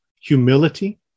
humility